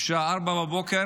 בשעה 04:00